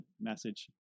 message